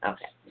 Okay